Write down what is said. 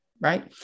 right